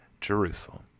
Jerusalem